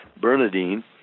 Bernadine